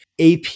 AP